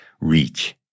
reach